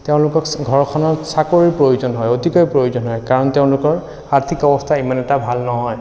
তেওঁলোকক ঘৰখনত চাকৰিৰ প্ৰয়োজন হয় অতিকৈ প্ৰয়োজন হয় কাৰণ তেওঁলোকৰ আৰ্থিক অৱস্থা ইমান এটা ভাল নহয়